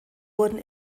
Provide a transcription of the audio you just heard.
wurden